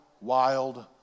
wild